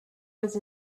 was